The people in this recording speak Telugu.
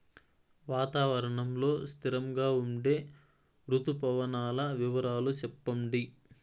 వాతావరణం లో స్థిరంగా ఉండే రుతు పవనాల వివరాలు చెప్పండి?